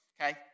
okay